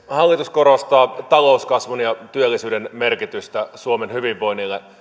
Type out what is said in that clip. hallitus korostaa talouskasvun ja työllisyyden merkitystä suomen hyvinvoinnille